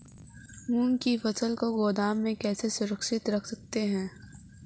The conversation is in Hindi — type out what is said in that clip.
मूंग की फसल को गोदाम में कैसे सुरक्षित रख सकते हैं?